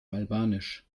albanisch